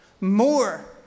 more